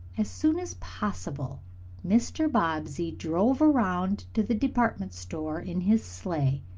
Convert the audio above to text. as soon as possible mr. bobbsey drove around to the department store in his sleigh.